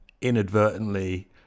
inadvertently